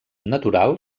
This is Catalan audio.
natural